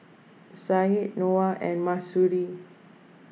Said Noah and Mahsuri